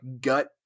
gut